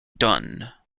dunne